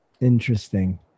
Interesting